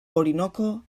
orinoco